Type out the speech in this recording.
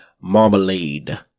Marmalade